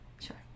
Sure